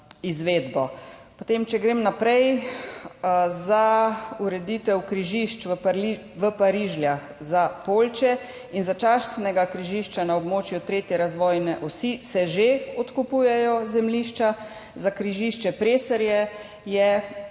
izvedbo. Če grem naprej. Za ureditev križišč v Parižljah za Poljče in začasnega križišča na območju 3. razvojne osi se že odkupujejo zemljišča, za križišče Preserje je